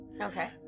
okay